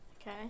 okay